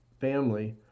family